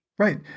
Right